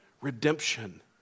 redemption